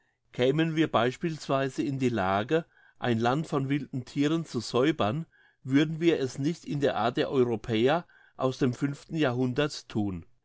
kämen wir beispielsweise in die lage ein land von wilden thieren zu säubern würden wir es nicht in der art der europäer aus dem fünften jahrhundert thun